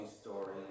story